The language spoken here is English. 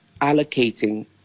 allocating